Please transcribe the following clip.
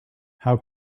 how